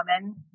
woman